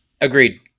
Agreed